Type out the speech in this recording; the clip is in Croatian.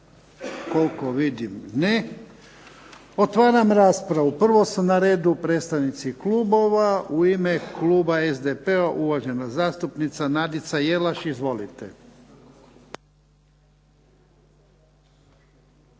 Koliko vidim ne. Otvaram raspravu. Prvo su na redu predstavnici klubova. U ime kluba SDP-a uvažena zastupnica Nadica Jelaš, izvolite.